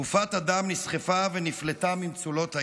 גופת אדם נסחפה ונפלטה ממצולות הים.